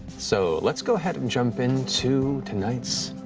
so let's go ahead and jump into tonight's